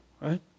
right